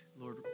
Lord